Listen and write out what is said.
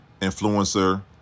influencer